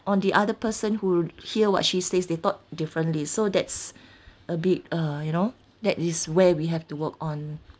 on the other person who hear what she says they thought differently so that's a bit uh you know that is where we have to work on